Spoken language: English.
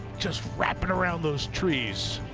just wrapping around those trees.